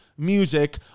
Music